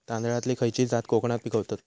तांदलतली खयची जात कोकणात पिकवतत?